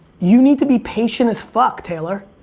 you need to be patient as fuck, taylor.